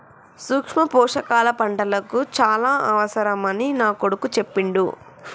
సూక్ష్మ పోషకాల పంటలకు చాల అవసరమని నా కొడుకు చెప్పిండు